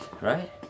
right